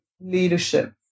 leadership